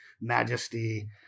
majesty